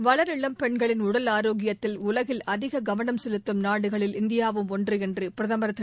வளரிளம் பெண்களின் உடல் ஆரோக்கியத்தில் உலகில் அதிக கவனம் செலுத்தும் நாடுகளில் இந்தியாவும் ஒன்று என்று பிரதமர் திரு